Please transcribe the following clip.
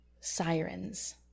sirens